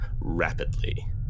rapidly